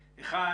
האמורים.